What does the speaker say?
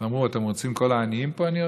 ואמר: אני רוצה את כל העניים אצלי?